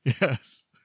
Yes